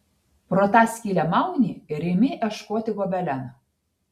pro tą skylę mauni ir imi ieškoti gobeleno